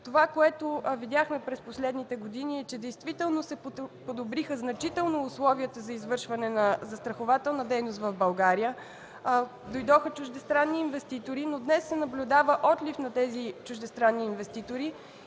на потребителите. През последните години видяхме, че значително се подобриха условията за извършване на застрахователна дейност в България. Дойдоха чуждестранни инвеститори, но днес се наблюдава отлив на тези чуждестранни инвеститори